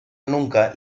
nunca